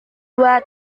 dua